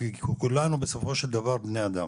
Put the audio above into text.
וכולנו בסופו של דבר בני אדם.